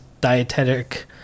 Dietetic